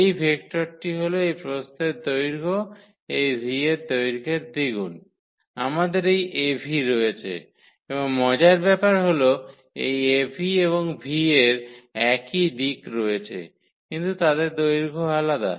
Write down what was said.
এই ভেক্টরটি হল এই প্রস্থের দৈর্ঘ্য এই v এর দৈর্ঘের দ্বিগুণ আমাদের এই Av রয়েছে এবং মজার ব্যাপার হল এই Av এবং v এর একই দিক রয়েছে কিন্তু তাদের দৈর্ঘ্য আলাদা